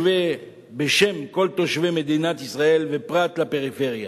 בשם כל תושבי מדינת ישראל, ובפרט בפריפריה.